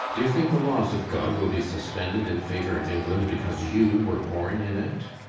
do you think the laws of god will be suspended in favor of england because you were born in it?